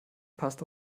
passt